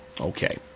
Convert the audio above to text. Okay